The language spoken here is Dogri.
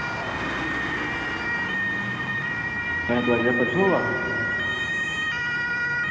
ऐतवार जेह्ड़ा परसो हा